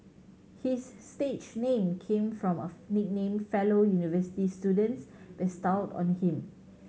his stage name came from a nickname fellow university students bestowed on him